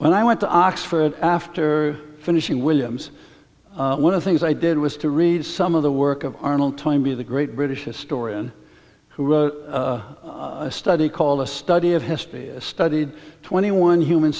when i went to oxford after finishing williams one of things i did was to read some of the work of arnold toynbee the great british historian who wrote a study called a study of history studied twenty one human